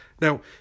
Now